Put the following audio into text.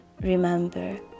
remember